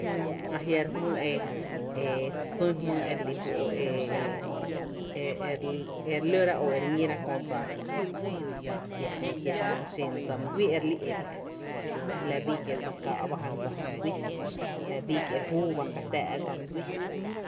Jïï a jia ru’ sun jmýý e e e re lóra o re níra kö dsáá jia jia jia jmýý xen dsa mý guíí e re lí’ e la’ kie’ la bii kie’ dse káá’ ba jan dsa my guíí, kie’ la bii kié’ re júú ba jan dsa mý guíí.